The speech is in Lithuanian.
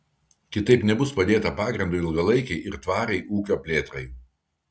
kitaip nebus padėta pagrindo ilgalaikei ir tvariai ūkio plėtrai